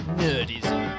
nerdism